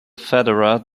federer